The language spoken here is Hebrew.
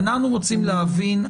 אנו רוצים להבין,